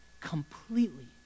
completely